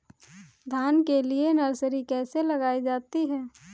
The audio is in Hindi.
धान के लिए नर्सरी कैसे लगाई जाती है?